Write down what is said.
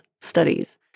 studies